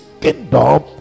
kingdom